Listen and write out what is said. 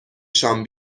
شام